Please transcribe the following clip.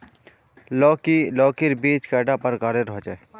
लौकी लौकीर बीज कैडा प्रकारेर होचे?